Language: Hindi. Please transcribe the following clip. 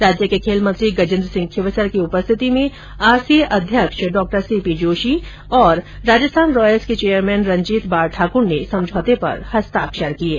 राज्य के खेल मंत्री गजेंद्र सिंह खींवसर की उपस्थिति में आरसीए अध्यक्ष डा सी पी जोशी और राजस्थान रॉयल्स चेयरमैन रंजीत बारठाकर ने समझौते पर हस्ताक्षर किये